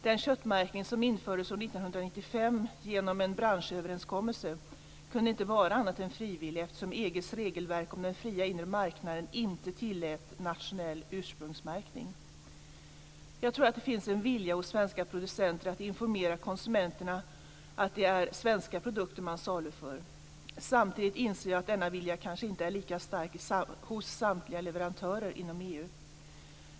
Den köttmärkning som infördes år 1995 genom en branschöverenskommelse kunde inte vara annat än frivillig eftersom EG:s regelverk om den fria inre marknaden inte tillät nationell ursprungsmärkning. Jag tror att det finns en vilja hos svenska producenter att informera konsumenterna att det är svenska produkter man saluför. Samtidigt inser jag att denna vilja kanske inte är lika stark hos samtliga leverantörer inom EU.